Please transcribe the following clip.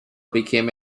became